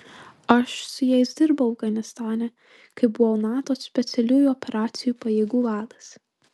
aš su jais dirbau afganistane kai buvau nato specialiųjų operacijų pajėgų vadas